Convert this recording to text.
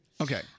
Okay